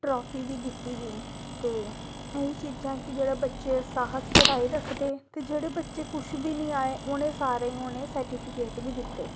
trophy बी दित्ती गेई ते एह् ई चीजां कि जेह्ड़ा बच्चे साहस बढ़ाई रखदे ते जेह्ड़े बच्चे कुछ बी निं आए उ'नें सारें गी उ'नें सर्टिफिकेट बी दित्ते